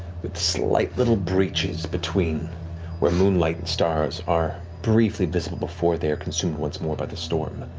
with slight little breaches between where moonlight and stars are briefly visible before they are consumed once more by the storm.